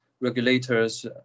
regulators